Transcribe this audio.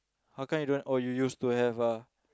how come you don't oh you used to have ah